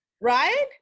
right